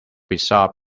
bizarre